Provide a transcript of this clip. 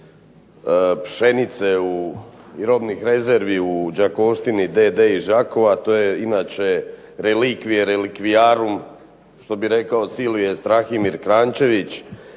pšenice i robnih rezervi u "Đakovštini d.d." iz Đakova. To je inače reliquiae reliquiarum što bi rekao Silvije Strahimir Kranjčević,